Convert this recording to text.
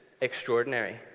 extraordinary